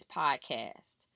podcast